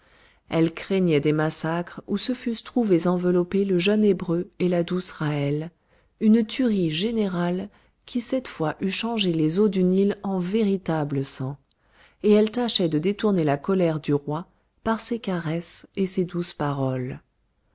elle craignait des massacres où se fussent trouvés enveloppés le jeune hébreu et la douce ra'hel une tuerie générale qui cette fois eût changé les eaux du nil en véritable sang et elle tâchait de détourner la colère du roi par ses caresses et ses douces paroles